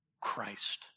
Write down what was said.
Christ